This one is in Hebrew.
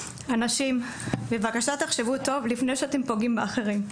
אנשים, בבקשה תחשבו טוב לפני שאתם פוגעים באחרים.